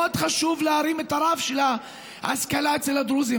חשוב מאוד להרים את רף ההשכלה אצל הדרוזים,